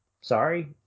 Sorry